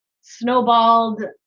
snowballed